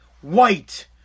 White